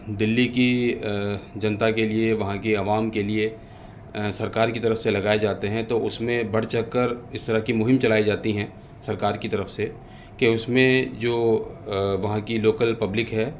دلی کی جنتا کے لیے وہاں کی عوام کے لیے سرکار کی طرف سے لگائے جاتے ہیں تو اس میں بڑھ چڑھ کر اس طرح کی مہم چلائی جاتی ہیں سرکار کی طرف سے کہ اس میں جو وہاں کی لوکل پبلک ہے